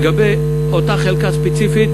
לגבי אותה חלקה ספציפית,